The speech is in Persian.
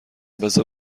بزار